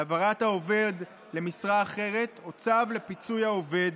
להעברת העובד למשרה אחרת או צו לפיצוי העובד.